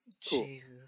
Jesus